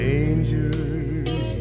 Dangers